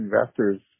investors